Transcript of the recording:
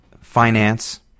finance